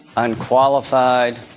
Unqualified